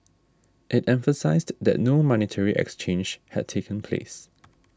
it emphasised that no monetary exchange had taken place